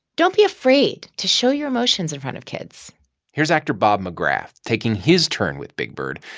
don't be afraid to show your emotions in front of kids here's actor bob mcgrath, taking his turn with big bird.